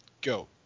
go